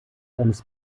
eines